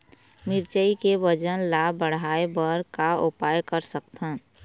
मिरचई के वजन ला बढ़ाएं बर का उपाय कर सकथन?